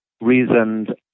reasoned